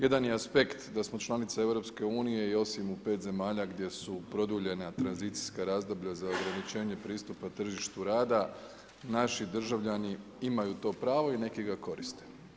Jedan je aspekt da smo članica EU i osim u 5 zemalja, gdje su produljenja tranzicijska razdoblja za ograničenje pristupa tržištu rada, naši državljani imaju to pravo i neki ga koriste.